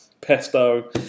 Pesto